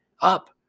up